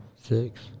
Six